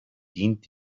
dient